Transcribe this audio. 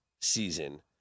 season